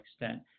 extent